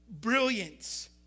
Brilliance